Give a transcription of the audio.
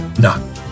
No